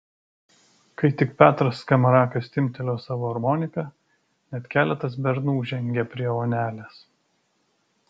kai tik petras skamarakas timptelėjo savo armoniką net keletas bernų žengė prie onelės